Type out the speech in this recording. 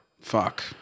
Fuck